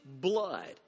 blood